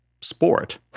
sport